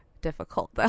difficult